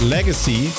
Legacy